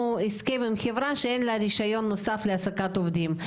הסכם עם חברה שאין לה רישיון נוסף להעסקת עובדים.